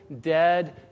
dead